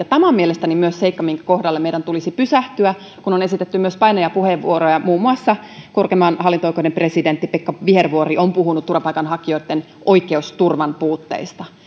tämä on mielestäni seikka minkä kohdalle meidän tulisi pysähtyä kun on esitetty myös painavia puheenvuoroja muun muassa korkeimman hallinto oikeuden presidentti pekka vihervuori on puhunut turvapaikanhakijoitten oikeusturvan puutteista